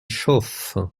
chauffe